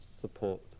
support